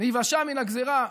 להיוושע מהגזרה.